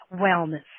wellness